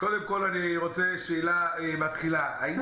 קודם